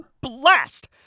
Blast